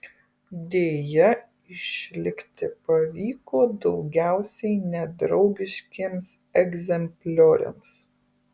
deja išlikti pavyko daugiausiai nedraugiškiems egzemplioriams